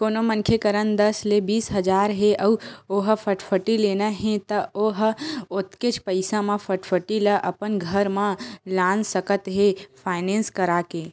कोनो मनखे करन दस ले बीस हजार हे अउ ओला फटफटी लेना हे त ओ ह ओतकेच पइसा म फटफटी ल अपन घर म लान सकत हे फायनेंस करा के